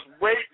wait